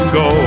go